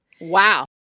Wow